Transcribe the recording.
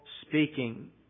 speaking